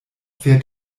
fährt